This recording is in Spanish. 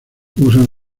usan